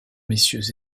messieurs